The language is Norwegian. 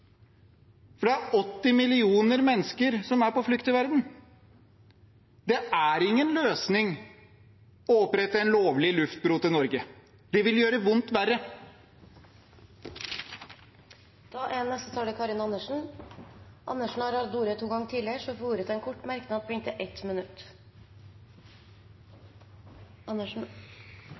Det er 80 millioner mennesker som er på flukt i verden. Det er ingen løsning å opprette en lovlig luftbro til Norge. Det vil gjøre vondt verre. Representanten Karin Andersen har hatt ordet to ganger tidligere og får ordet til en kort merknad, begrenset til 1 minutt.